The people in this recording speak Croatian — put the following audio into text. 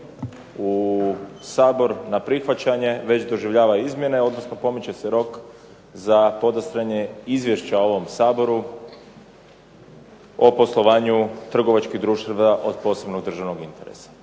u Sabor na prihvaćanje već doživljava izmjene, odnosno pomiče se rok za podastiranje izvješća ovom Saboru o poslovanju trgovačkih društava od posebnog državnog interesa.